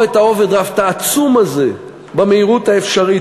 את האוברדרפט העצום הזה במהירות האפשרית,